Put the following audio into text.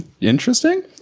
Interesting